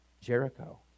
Jericho